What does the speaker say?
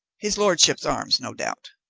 his lordship's arms, no doubt